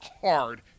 hard